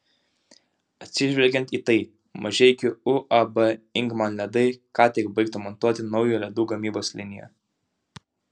atsižvelgiant į tai mažeikių uab ingman ledai ką tik baigta montuoti nauja ledų gamybos linija